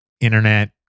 internet